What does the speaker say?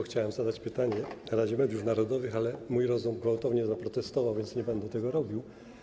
Chciałem zadać pytanie Radzie Mediów Narodowych, ale mój rozum gwałtownie zaprotestował, więc nie będę tego robił.